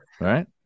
right